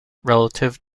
relative